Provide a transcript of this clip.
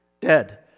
Dead